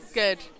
good